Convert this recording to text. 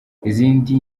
izindi